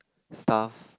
stuff